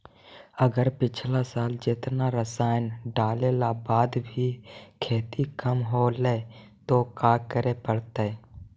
अगर पिछला साल जेतना रासायन डालेला बाद भी खेती कम होलइ तो का करे पड़तई?